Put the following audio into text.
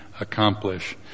accomplish